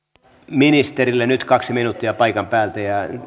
ministerille nyt kaksi minuuttia paikan päältä